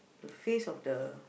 the face of the